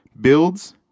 Builds